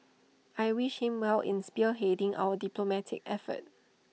I wish him well in spearheading our diplomatic efforts